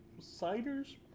ciders